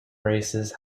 races